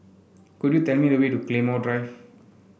could you tell me the way to Claymore Drive